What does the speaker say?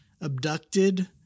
abducted